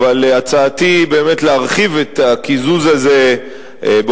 אבל הצעתי באמת היא להרחיב את הקיזוז הזה באופן